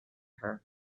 her